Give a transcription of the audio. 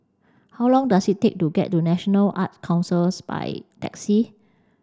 how long does it take to get to National Art Council by taxi